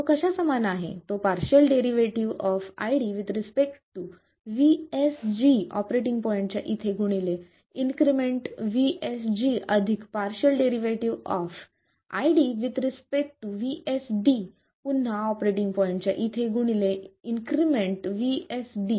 तो कशा समान आहे तो partial derivative of ID with respect to VSG operating पॉईंटच्या इथे गुणिले इन्क्रिमेंट V SG अधिक partial derivative of ID with respect to VSD पुन्हा ऑपरेटिंग पॉईंटच्या इथे गुणिले इन्क्रिमेंट V SD